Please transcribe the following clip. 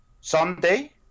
Sunday